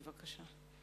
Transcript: בבקשה.